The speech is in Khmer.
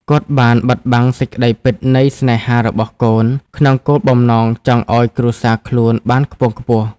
គាត់បានបិទបាំងសេចក្តីពិតនៃស្នេហារបស់កូន ក្នុងគោលបំណងចង់ឲ្យគ្រួសារខ្លួនបានខ្ពង់ខ្ពស់។